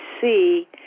see